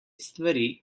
stvari